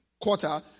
quarter